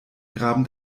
graben